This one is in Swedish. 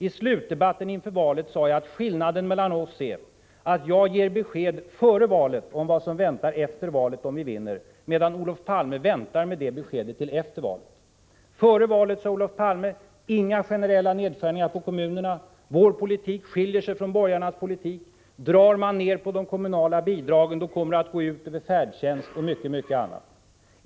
I slutdebatten inför valet sade jag att skillnaden mellan oss är att jag ger besked före valet om vad som väntar efter valet, ifall vi vinner, medan Olof Palme avvaktar med det beskedet till efter valet. Före valet sade Olof Palme: Inga generella nedskärningar i fråga om kommunerna, vår politik skiljer sig från borgarnas politik, drar man ner på de kommunala bidragen kommer det att gå ut över färdtjänst och mycket, mycket annat.